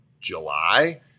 July